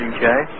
Okay